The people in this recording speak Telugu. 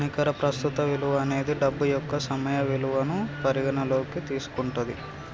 నికర ప్రస్తుత విలువ అనేది డబ్బు యొక్క సమయ విలువను పరిగణనలోకి తీసుకుంటది